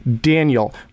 Daniel